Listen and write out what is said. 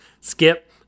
skip